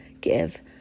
give